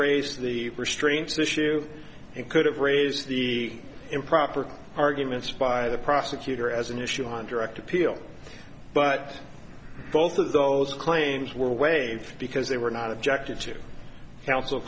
raised the restraints issue it could have raised the improper arguments by the prosecutor as an issue on direct appeal but both of those claims were waived because they were not objected to counsel